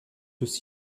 aussi